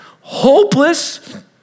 hopeless